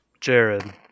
Jared